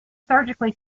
surgically